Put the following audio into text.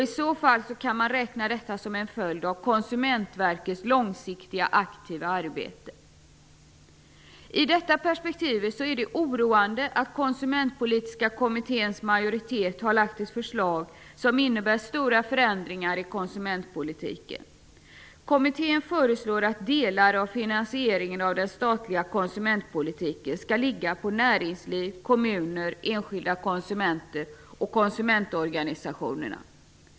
I så fall kan man räkna detta som en följd av Konsumentverkets långsiktiga, aktiva arbete. I detta perspektiv är det oroande att Konsumentpolitiska kommitténs majoritet har lagt ett förslag som innebär stora förändringar i konsumentpolitiken. Kommittén föreslår att delar av finansieringen av den statliga konsumentpolitiken skall ligga på näringsliv, kommuner, enskilda konsumenter och konsumentorganisationerna.